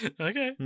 Okay